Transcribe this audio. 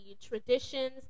traditions